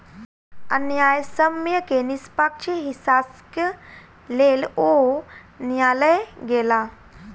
न्यायसम्य के निष्पक्ष हिस्साक लेल ओ न्यायलय गेला